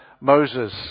Moses